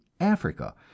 Africa